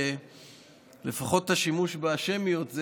שלפחות השימוש בשמיות,